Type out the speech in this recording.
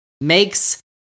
makes